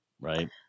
right